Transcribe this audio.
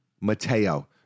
mateo